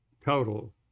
Total